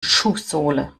schuhsohle